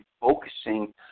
focusing